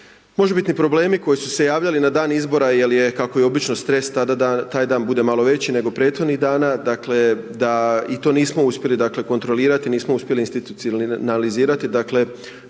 možebitni problemi koji su se ponavljali na dan izbora, jer je kako je obično stres tada taj dan bude malo veći nego prethodnih dana, dakle, da i to nismo uspjeli to kontrolirati, nismo uspjeli institucionalizirati,